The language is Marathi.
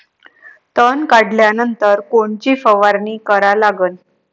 तन काढल्यानंतर कोनची फवारणी करा लागन?